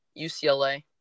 UCLA